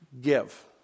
give